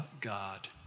God